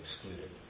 excluded